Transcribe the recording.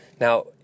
Now